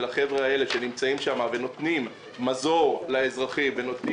של החבר'ה האלה שנמצאים שם ונותנים מזור לאזרחים ונותנים